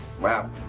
Wow